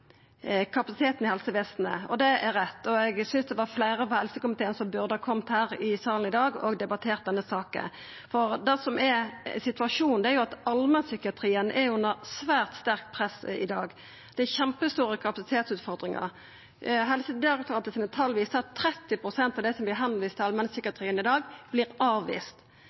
kapasiteten i helsevesenet. Det er rett, og eg synest fleire frå helsekomiteen burde ha kome hit til salen i dag og debattert denne saka. Det som er situasjonen, er jo at allmennpsykiatrien er under svært sterkt press i dag. Det er kjempestore kapasitetsutfordringar. Helsedirektoratets tal viser at 30 pst. av dei som vert viste til allmennpsykiatrien i dag,